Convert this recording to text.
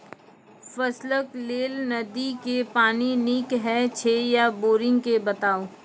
फसलक लेल नदी के पानि नीक हे छै या बोरिंग के बताऊ?